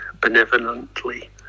benevolently